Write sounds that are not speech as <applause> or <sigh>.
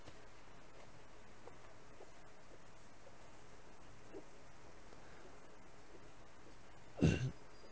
<coughs>